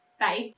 Bye